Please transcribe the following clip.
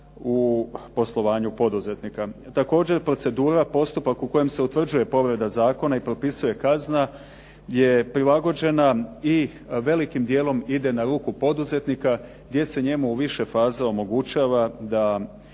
u poslovanju poduzetnika. Također procedura, postupak u kojem se utvrđuje povreda zakona i propisuje kazna je prilagođena i velikim djelom ide na ruku poduzetnika gdje se njemu u više faza omogućava da